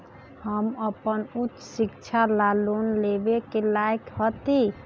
हम अपन उच्च शिक्षा ला लोन लेवे के लायक हती?